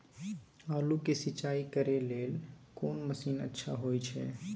आलू के सिंचाई करे लेल कोन मसीन अच्छा होय छै?